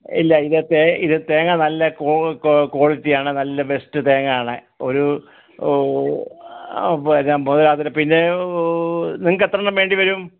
ഇല്ല ഇല്ല തേങ്ങ തേങ്ങ നല്ല ക്ക്വാ ആ ക്വാളിറ്റി ആണ് നല്ല ബെസ്റ്റ് തേങ്ങ ആണ് ഒരു പിന്നെ നിങ്ങൾക്ക് എത്ര എണ്ണം വേണ്ടിവരും